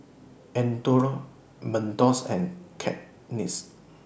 Andre Mentos and Cakenis